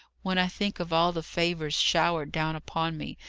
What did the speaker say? when i think of all the favours showered down upon me,